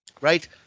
right